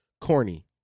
Corny